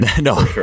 No